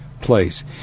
place